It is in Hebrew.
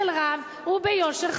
בשכל רב וביושר,